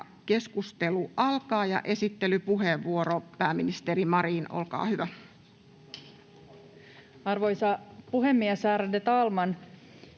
menettelytapoja. — Esittelypuheenvuoro, pääministeri Marin, olkaa hyvä. Arvoisa puhemies, ärade talman!